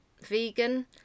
vegan